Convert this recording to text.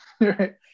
right